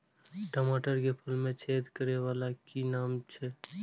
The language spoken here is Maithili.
टमाटर के फल में छेद करै वाला के कि नाम छै?